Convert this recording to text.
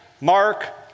Mark